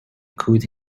could